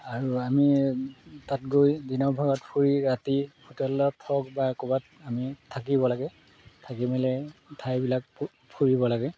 আৰু আমি তাত গৈ দিনৰ ভাগত ফুৰি ৰাতি হোটেলত হওক বা ক'ৰবাত আমি থাকিব লাগে থাকি মেলি ঠাইবিলাক ফুৰিব লাগে